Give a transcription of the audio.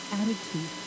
attitude